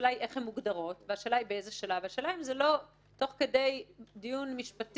כשהשאלה היא איך הן מוגדרות ובאיזה שלב תוך כדי דיון משפטי